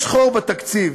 יש חור בתקציב,